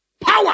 Power